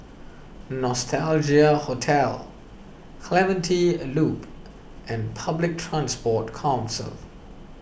Nostalgia Hotel Clementi Loop and Public Transport Council